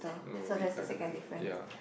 no we I don't have ya